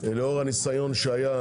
ולאור הניסיון שהיה